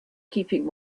keeping